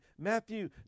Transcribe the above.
Matthew